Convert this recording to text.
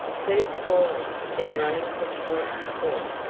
first calling, then running from point to point,